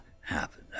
happen